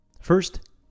First